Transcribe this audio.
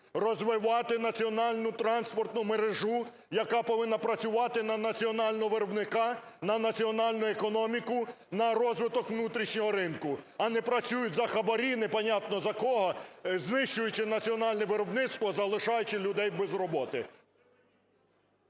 розвивати національну транспортну мережу, яка повинна працювати на національного виробника, на національну економіку, на розвиток внутрішнього ринку, а не працюють за хабарі, непонятно за кого, знищуючи національне виробництво, залишаючи людей без роботи.